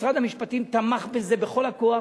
משרד המשפטים תמך בכך בכל הכוח,